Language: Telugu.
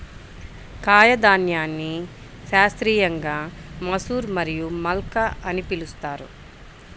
కాయధాన్యాన్ని శాస్త్రీయంగా మసూర్ మరియు మల్కా అని కూడా పిలుస్తారు